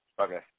Okay